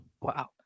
Wow